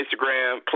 Instagram